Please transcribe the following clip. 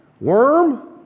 Worm